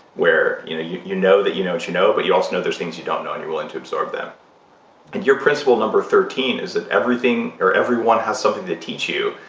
where you you know that you know what you know, but you also know there's things you don't know, and you're willing to absorb them your principle number thirteen is that everything or everyone has something to teach you,